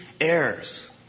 errors